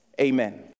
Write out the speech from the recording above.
Amen